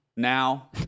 Now